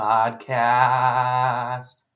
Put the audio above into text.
Podcast